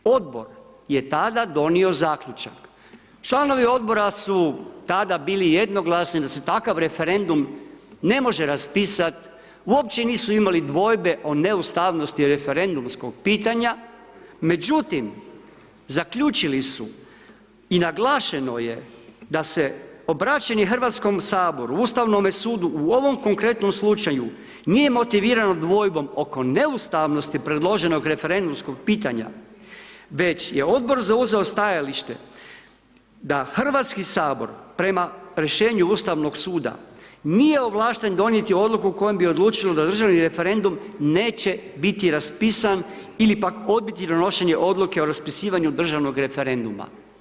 Odbor je tada donio zaključak, članovi odbora su tada bili jednoglasni da se takav referendum ne može raspisat, uopće nisu imali dvojbe o neustavnosti referendumskog pitanja, međutim zaključili su i naglašeno je da se obraćanje Hrvatskom saboru, Ustavnome sudu u ovom konkretnom slučaju nije motivirano dvojbom oko neustavnosti predloženog referendumskog pitanja, već je odbor zauzeo stajalište da Hrvatski sabor prema rješenju Ustavnog suda nije ovlašten donijeti odluku kojom odlučilo da državni referendum neće biti raspisan ili pak odbiti donošenje odluke o raspisivanju državnog referenduma.